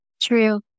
True